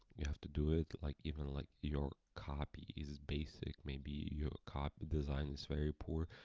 you have to do it like even like your copy is is basic, maybe your copy design is very poor,